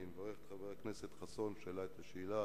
אני מברך את חבר הכנסת חסון שהעלה את השאלה,